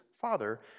father